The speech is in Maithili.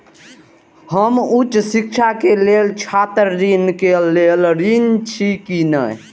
हम उच्च शिक्षा के लेल छात्र ऋण के लेल ऋण छी की ने?